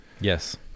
yes